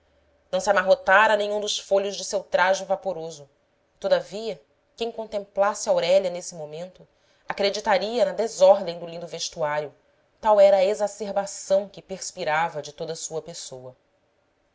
não se amarrotara nenhum dos folhos de seu trajo vaporoso e todavia quem contemplasse aurélia nesse momento acreditaria na desordem do lindo vestuário tal era a exacerbação que perspirava de toda sua pessoa